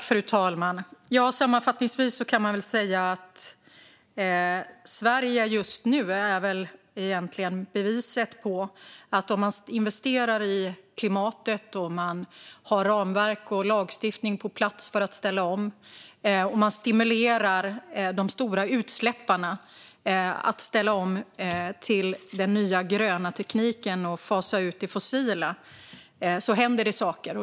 Fru talman! Sammanfattningsvis kan man väl säga att Sverige just nu är beviset på att det händer saker om man investerar i klimatet, har ramverk och lagstiftning på plats för att ställa om samt stimulerar de stora utsläpparna att ställa om till den nya gröna tekniken och fasa ut det fossila.